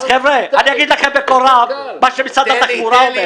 אומר לכם בקול רם מה שאומר משרד התחבורה.